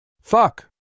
Fuck